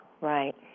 Right